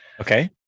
Okay